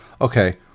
Okay